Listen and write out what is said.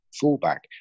fullback